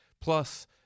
Plus